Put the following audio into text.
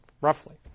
roughly